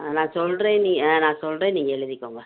ஆ நான் சொல்கிறேன் நீ ஆ நான் சொல்கிறேன் நீங்கள் எழுதிக்கோங்க